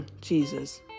Jesus